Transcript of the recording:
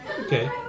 Okay